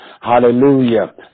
hallelujah